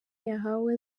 yahawe